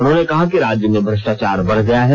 उन्होंने कहा कि राज्य में भ्रष्टाचार बढ़ गया है